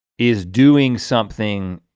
is doing something,